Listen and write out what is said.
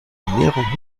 ernährung